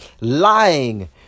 lying